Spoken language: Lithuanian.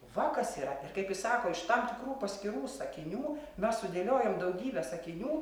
va kas yra ir kaip jis sako iš tam tikrų paskirų sakinių mess sudėliojam daugybę sakinių